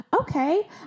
okay